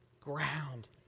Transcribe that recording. ground